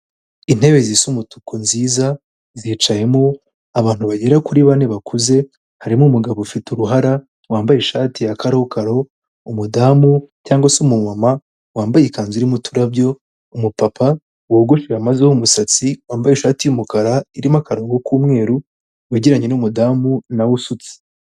Intebe zisa umutuku nziza, zicayemo abantu bagera kuri bane bakuze, harimo umugabo ufite uruhara wambaye ishati ya karokaro, umudamu cyangwa se umumama wambaye ikanzu irimo uturabyo, umupapa wogoshe wamazeho umusatsi, wambaye ishati y'umukara irimo akarongo k'umweru, wegeranye n' numudamu nawe usutse.